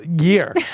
year